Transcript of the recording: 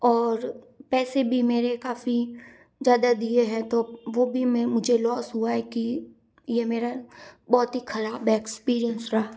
और पैसे भी मेरे काफ़ी ज़्यादा दिए हैं तो वह भी मैं मुझे लॉस हुआ है कि यह मेरा बहुत ही ख़राब एक्सपीरियंस रहा